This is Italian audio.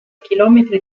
chilometri